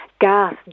gas